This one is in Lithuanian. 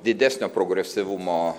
didesnio progresyvumo